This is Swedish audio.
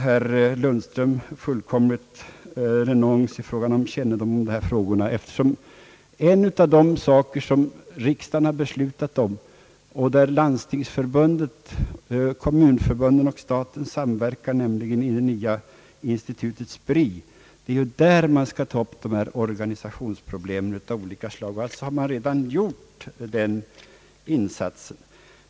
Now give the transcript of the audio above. Herr Lundström är tydligen fullständigt renons när det gäller kännedomen om dessa frågor. Riksdagen har beslutat om att Landstingsförbundet, kommunförbunden och staten skall samverka i det nya institutet SPRI, och det är ju där dessa organisationsproblem av olika slag skall tas upp. Alltså har man redan gjort den insatsen.